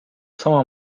sama